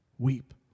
weep